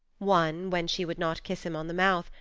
one, when she would not kiss him on the mouth,